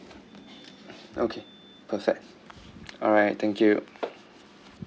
okay perfect alright thank you